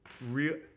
real